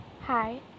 Hi